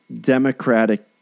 Democratic